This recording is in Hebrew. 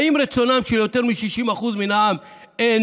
האם רצונם של יותר מ-60% מן העם אינו